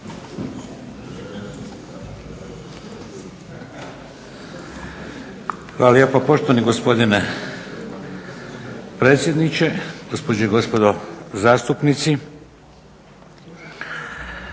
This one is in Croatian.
Hvala lijepo poštovani gospodine predsjedniče, gospođe i gospodo zastupnici.